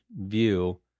view